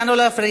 נא לא להפריע.